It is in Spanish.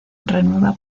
renueva